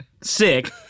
sick